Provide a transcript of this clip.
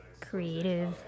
creative